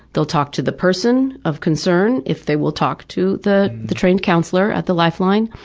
they'll talk to the person of concern, if they will talk to the the trained counselor at the lifeline,